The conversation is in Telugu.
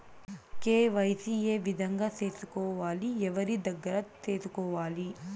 కె.వై.సి ఏ విధంగా సేసుకోవాలి? ఎవరి దగ్గర సేసుకోవాలి?